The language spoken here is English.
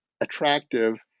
attractive